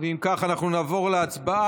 אם כך, אנחנו נעבור להצבעה.